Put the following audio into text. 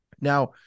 Now